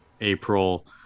April